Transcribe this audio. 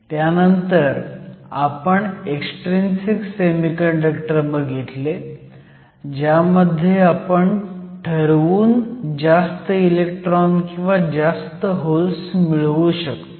त्यानंतर आपण extrinsic semiconductor बघितले ज्यामध्ये आपण ठरवून जास्त इलेक्ट्रॉन किंवा जास्त होल्स मिळवू शकतो